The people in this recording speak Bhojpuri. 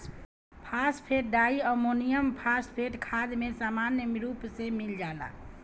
फॉस्फेट डाईअमोनियम फॉस्फेट खाद में सामान्य रूप से मिल जाला